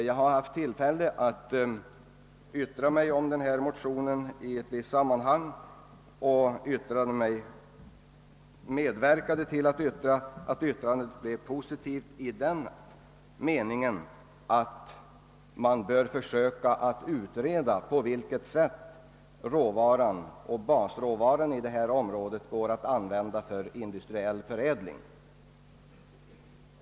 Jag har haft tillfälle att yttra mig om denna motion i ett visst sammanhang och medverkade till att yttrandet blev positivt i den meningen, att man bör försöka utreda på vilket sätt råvaran i detta område går att använda för industriell förädling.